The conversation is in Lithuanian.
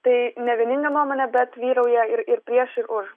tai ne vieninė nuomonė bet vyrauja ir ir prieš ir už